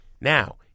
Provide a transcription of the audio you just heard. Now